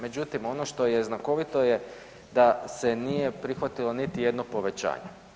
Međutim, ono što je znakovito je da se nije prihvatilo niti jedno povećanje.